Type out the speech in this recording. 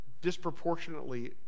disproportionately